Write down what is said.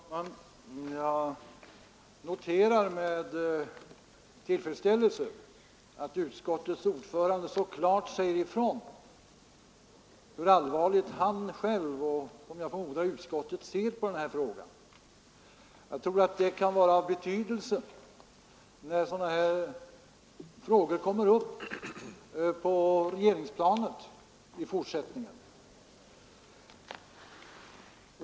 Herr talman! Jag noterar med tillfredsställelse att utskottets ordförande så klart säger ifrån, hur allvarligt han själv och, som jag förmodar, utskottet ser på den här frågan. Det tror jag kan vara av betydelse när sådana här problem kommer upp på regeringsplanet i fortsättningen.